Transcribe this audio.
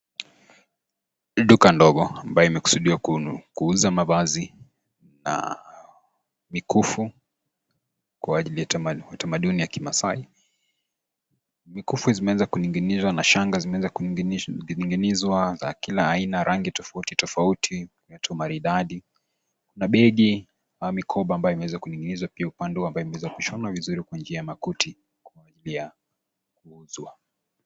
Duka ndogo ambayo imekusudiwa kuuza mavazi na mikufu kwa ajili ya tamaduni ya kimaasai vikufu zimeweza kuninginiwa na shanga zimeweza kuninginizwa za kila aina rangi tofauti tofauti viatu maridadi na begi au mikoba imeweza kuninginizwa pia upande imeshonwa vizuri kwa njia ya makuti pia kuuzwa